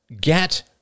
get